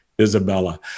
Isabella